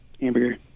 hamburger